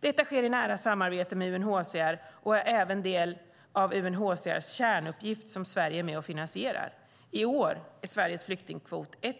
Detta sker i nära samarbete med UNHCR och är även en del av UNHCR:s kärnuppgift som Sverige är med och finansierar. I år är Sveriges flyktingkvot 1